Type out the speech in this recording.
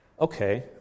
okay